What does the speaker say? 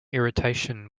irritation